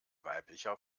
weiblicher